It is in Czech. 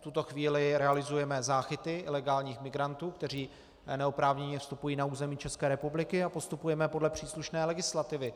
V tuto chvíli realizujeme záchyty ilegálních migrantů, kteří neoprávněně vstupují na území České republiky, a postupujeme podle příslušné legislativy.